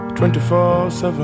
24-7